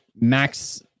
Max